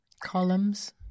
Columns